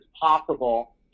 possible